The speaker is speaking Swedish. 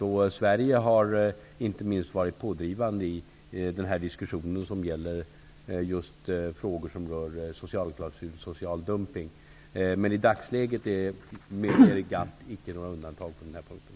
Inte minst Sverige har varit pådrivande i den diskussion som gäller frågor om social dumping. Men i dagsläget medger GATT inte några undantag på den här punkten.